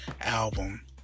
album